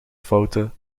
foute